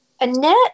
Annette